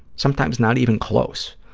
sometimes not even close.